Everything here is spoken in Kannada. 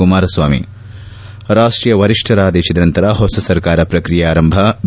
ಕುಮಾರಸ್ವಾಮಿ ರಾಷ್ಷೀಯ ವರಿಷ್ಠರ ಆದೇಶದ ನಂತರ ಹೊಸ ಸರ್ಕಾರ ಪ್ರಕ್ರಿಯೆ ಆರಂಭ ಬಿ